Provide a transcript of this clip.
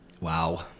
Wow